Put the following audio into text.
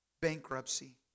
bankruptcy